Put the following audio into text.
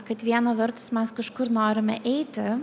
kad viena vertus mes kažkur norime eiti